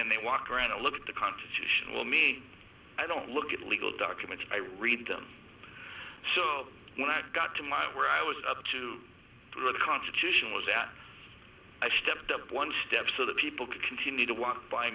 and they walk around to look at the constitution will me i don't look at legal documents i read them when i got to my where i was up to the constitution was that i stepped up one step so that people could continue to wa